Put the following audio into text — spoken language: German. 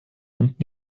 und